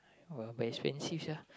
!wah! but expensive sia